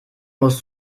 muss